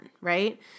right